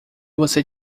você